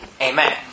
Amen